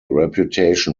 reputation